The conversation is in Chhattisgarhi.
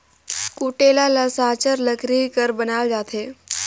कुटेला ल साचर लकरी कर बनाल जाथे